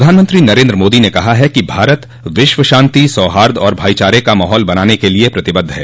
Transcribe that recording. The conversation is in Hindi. प्रधानमंत्री नरेन्द्र मोदी ने कहा है कि भारत विश्व शांति सौहार्द और भाईचारे का माहौल बनाने के लिए प्रतिबद्ध है